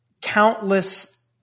countless